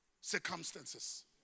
circumstances